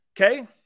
Okay